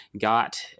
got